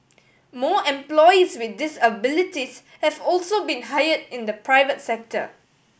more employees with disabilities have also been hired in the private sector